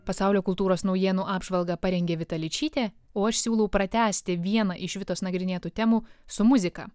pasaulio kultūros naujienų apžvalgą parengė vita ličytė o aš siūlau pratęsti vieną iš vitos nagrinėtų temų su muzika